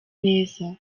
neza